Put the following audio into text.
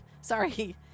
Sorry